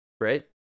Right